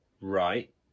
Right